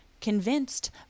convinced